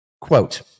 Quote